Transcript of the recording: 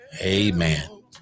Amen